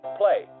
play